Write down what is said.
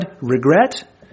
regret